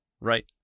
right